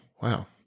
wow